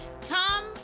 Tom